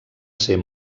ser